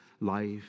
life